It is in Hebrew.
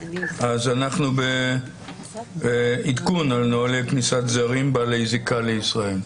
אנחנו בעדכון על נהלי כניסת זרים בעלי זיקה לישראל.